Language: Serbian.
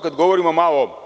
Kada govorimo malo